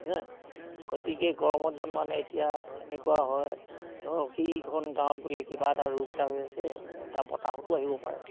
গতিকে গৰমৰ দিনত মানে এতিয়া এনেকুৱা হয় ধৰক সেইখন গাঁৱত বোলে কিবা এটা ৰোগ এটা হৈ আছে মানে তাৰ বতাহতো আহিব পাৰে